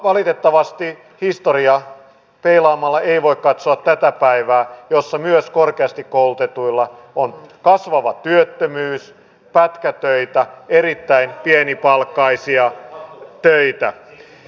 valitettavasti historiaa peilaamalla ei voi katsoa tätä päivää jossa myös korkeasti koulutetuilla on kasvava työttömyys pätkätöitä erittäin pienipalkkaisia töitä